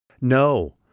No